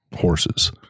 horses